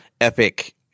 epic